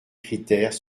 critères